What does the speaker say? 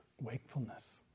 wakefulness